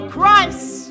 Christ